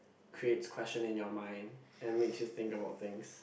creates questions in your mind and makes you think about things